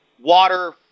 Water